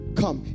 come